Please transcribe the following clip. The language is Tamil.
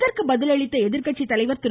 இதற்கு பதிலளித்த எதிர்கட்சி தலைவர் திரு